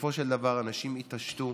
בסופו של דבר אנשים יתעשתו